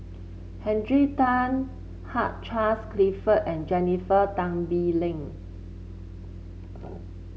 Hundred Tan Hugh Charles Clifford and Jennifer Tan Bee Leng